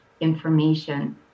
information